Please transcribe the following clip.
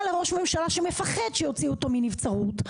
לראש ממשלה שמפחד שיוציאו אותו לנבצרות,